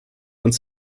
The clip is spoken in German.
uns